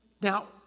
Now